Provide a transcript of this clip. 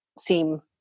seem